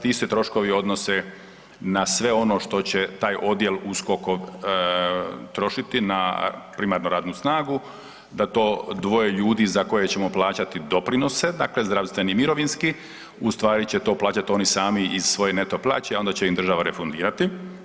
Ti se troškovi odnose na sve ono što će taj odjel USKOK-ov trošiti, na primarnu radnu snagu da to dvoje ljudi za koje ćemo plaćati doprinose, dakle zdravstveni i mirovinski, ustvari će to plaćati oni sami iz svoje neto plaće, onda će im država refundirati.